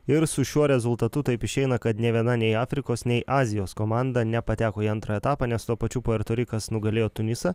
ir su šiuo rezultatu taip išeina kad nė viena nei afrikos nei azijos komanda nepateko į antrą etapą nes tuo pačiu puerto rikas nugalėjo tunisą